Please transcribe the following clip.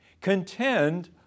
Contend